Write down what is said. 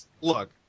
look